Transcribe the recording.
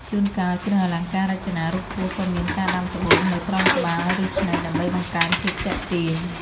ជួនកាលគ្រឿងអលង្ការរចនារូបពស់ក៏មានការដាំត្បូងនៅត្រង់ក្បាលឬភ្នែកដើម្បីបង្កើនភាពទាក់ទាញ។